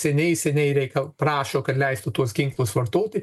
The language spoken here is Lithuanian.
seniai seniai reika prašo kad leistų tuos ginklus vartoti